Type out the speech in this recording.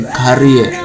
career